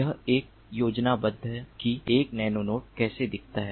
यह एक योजनाबद्ध है कि एक नैनोनोड कैसा दिखता है